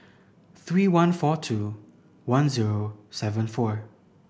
three one four two one zero seven four